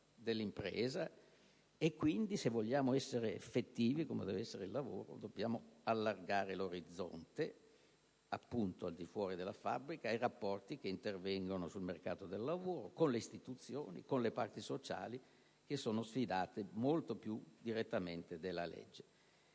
dell'impresa. Quindi, se vogliamo essere effettivi - come deve essere il lavoro - dobbiamo allargare l'orizzonte appunto al di fuori della fabbrica, ai rapporti che intervengono sul mercato del lavoro con le istituzioni e con le parti sociali, che sono sfidate molto più direttamente dalla legge.